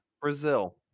brazil